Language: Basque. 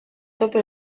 topo